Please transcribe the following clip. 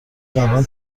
قبلا